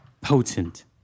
Potent